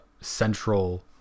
central